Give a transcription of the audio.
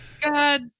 God